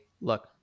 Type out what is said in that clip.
look